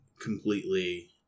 completely